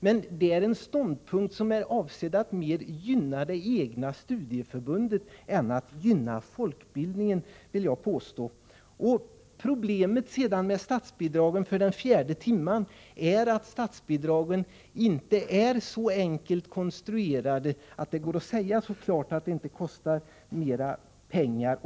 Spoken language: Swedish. Men det är en ståndpunkt som är avsedd att mer gynna det egna studieförbundet än att gynna folkbildningen, vill jag påstå. Problemet med statsbidrag för den fjärde timmen är att statsbidragen inte är så enkelt konstruerade att det klart går att säga att det inte kostar mera pengar.